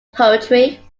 poetry